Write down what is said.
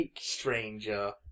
Stranger